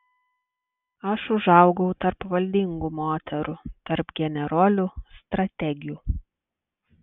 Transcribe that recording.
aš užaugau tarp valdingų moterų tarp generolių strategių